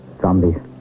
Zombies